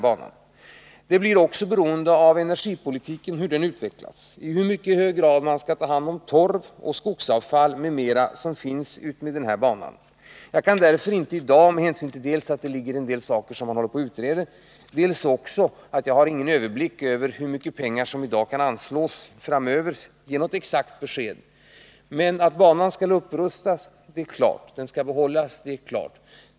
Takten blir även beroende av hur energipolitiken utvecklas, i hur hög grad man skall ta hand om torv och skogsavfall som finns utmed banan. Jag kan därför inte i dag ge något exakt besked — dels med hänsyn till att man håller på och utreder en del saker, dels därför att jag inte har någon överblick över hur mycket pengar som i dag kan anslås. Men att banan skall behållas är klart, att banan skall upprustas är klart.